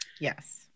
Yes